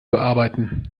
bearbeiten